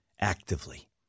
actively